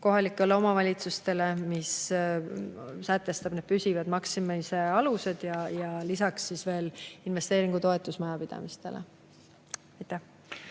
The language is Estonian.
kohalikele omavalitsustele, mis sätestab püsivad maksmise alused, ja veel investeeringutoetus majapidamistele.